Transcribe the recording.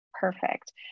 perfect